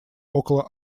около